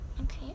Okay